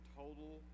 total